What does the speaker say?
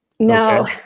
no